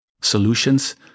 solutions